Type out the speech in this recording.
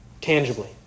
tangibly